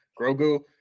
Grogu